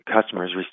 customers